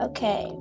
Okay